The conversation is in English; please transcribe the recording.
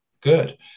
good